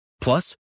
Plus